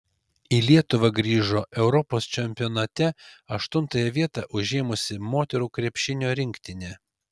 į lietuvą grįžo europos čempionate aštuntąją vietą užėmusi moterų krepšinio rinktinė